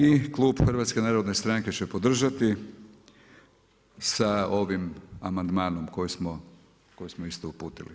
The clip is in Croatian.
I klub HNS-a će podržati sa ovim amandmanom koji smo isto uputili.